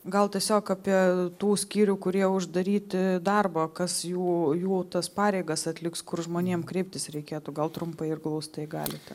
gal tiesiog apie tų skyrių kurie uždaryti darbą kas jų jų tas pareigas atliks kur žmonėm kreiptis reikėtų gal trumpai ir glaustai galite